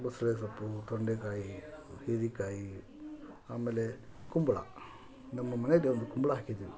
ಬಸಳೆ ಸೊಪ್ಪು ತೊಂಡೇಕಾಯಿ ಹೀರೇಕಾಯಿ ಆಮೇಲೆ ಕುಂಬಳ ನಮ್ಮ ಮನೆಯಲ್ಲೆ ಒಂದು ಕುಂಬಳ ಹಾಕಿದೀವ್ ನಾವು